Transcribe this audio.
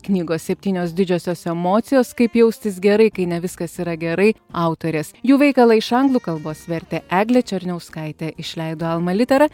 knygos septynios didžiosios emocijos kaip jaustis gerai kai ne viskas yra gerai autorės jų veikalą iš anglų kalbos vertė eglė černiauskaitė išleido alma litera